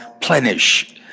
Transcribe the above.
plenish